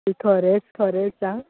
खरेंच खरेंच आ